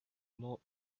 not